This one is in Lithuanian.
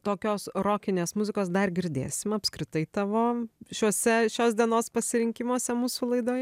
tokios rokinės muzikos dar girdėsim apskritai tavo šiuose šios dienos pasirinkimuose mūsų laidoje